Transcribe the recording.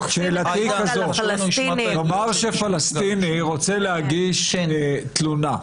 כזו, נאמר שפלשתיני רוצה להגיש תלונה,